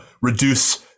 reduce